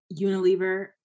Unilever